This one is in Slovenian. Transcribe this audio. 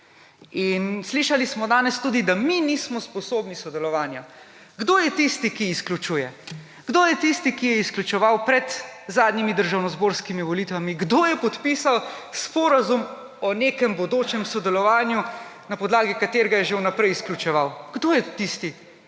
Slišali smo danes tudi, da mi nismo sposobni sodelovanja. Kdo je tisti, ki izključuje? Kdo je tisti, ki je izključeval pred zadnjimi državnozborskimi volitvami? Kdo je podpisal sporazum o nekem bodočem sodelovanju, na podlagi katerega je že vnaprej izključeval? Kdo je tisti?